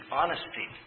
honesty